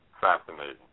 fascinating